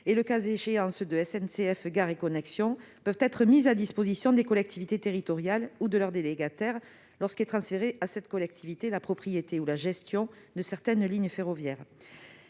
et, le cas échéant, ceux de SNCF Gares & Connexions peuvent être mis à disposition des collectivités territoriales ou de leurs délégataires lorsqu'est transférée à cette collectivité la propriété ou la gestion de certaines lignes ferroviaires.